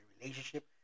relationship